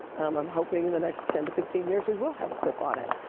i'm hoping in the next ten to fifteen years, we will have a grip on it.